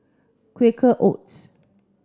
Quaker Oats